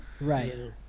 Right